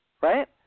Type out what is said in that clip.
right